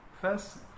First